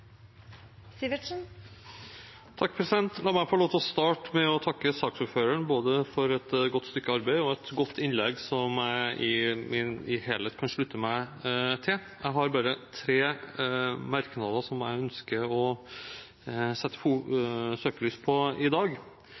La meg få lov til å starte med å takke saksordføreren både for et godt stykke arbeid og for et godt innlegg som jeg i helhet kan slutte meg til. Jeg har bare tre merknader som jeg ønsker å sette søkelyset på i dag.